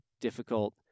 difficult